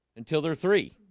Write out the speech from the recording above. until they're three